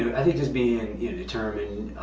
i think just being determined,